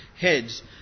heads